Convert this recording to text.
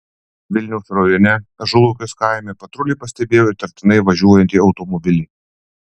vilniaus rajone ažulaukės kaime patruliai pastebėjo įtartinai važiuojantį automobilį